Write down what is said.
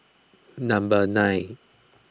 number nine